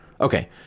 Okay